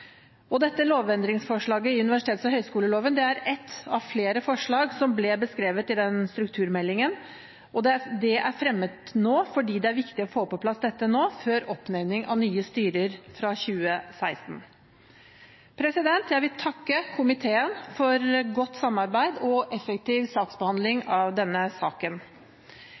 sommeren. Dette lovendringsforslaget i universitets- og høyskoleloven er ett av flere forslag som ble beskrevet i strukturmeldingen, og det er fremmet nå fordi det er viktig å få på plass dette før oppnevning av nye styrer fra 2016. Jeg vil takke komiteen for godt samarbeid og effektiv